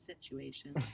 situation